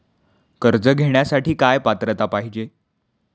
कर्ज घेण्यासाठी काय पात्रता पाहिजे?